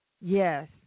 Yes